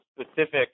specific